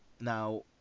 Now